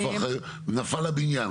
נפל הבניין.